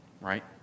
right